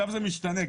זה משתנה.